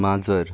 माजर